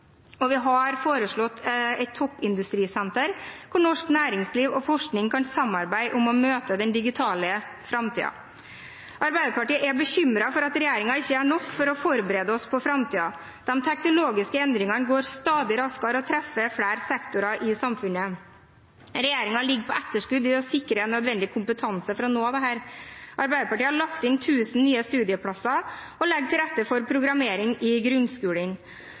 og vi har foreslått et toppindustrisenter hvor norsk næringsliv og forskningen kan samarbeide om å møte den digitale framtiden. Arbeiderpartiet er bekymret for at regjeringen ikke gjør nok for å forberede oss på framtiden. De teknologiske endringene går stadig raskere og treffer flere sektorer i samfunnet. Regjeringen ligger på etterskudd i å sikre den nødvendige kompetanse for å nå dette. Arbeiderpartiet har lagt inn 1 000 nye studieplasser og legger til rette for programmering i grunnskolen.